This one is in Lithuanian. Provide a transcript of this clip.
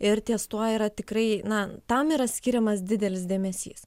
ir ties tuo yra tikrai na tam yra skiriamas didelis dėmesys